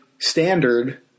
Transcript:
standard